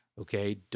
Okay